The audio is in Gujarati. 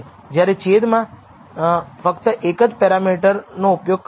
જ્યારે છેદમાં ફક્ત 1 જ પેરામીટર ઉપયોગ કર્યો છે